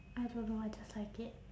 I don't know I just like it